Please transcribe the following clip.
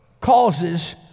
causes